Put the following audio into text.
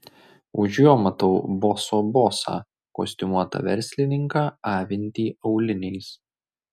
už jo matau boso bosą kostiumuotą verslininką avintį auliniais